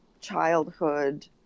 childhood